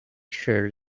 shirt